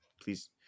please